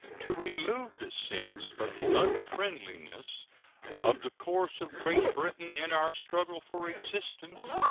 to remove the sense of the unfriendliness of the course of great britain in our struggle for existence,